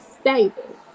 stable